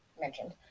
mentioned